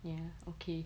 ya okay